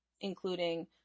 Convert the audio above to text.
including